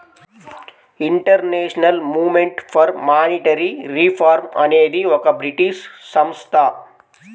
international movement for monetary reform అనేది ఒక British సంస్థ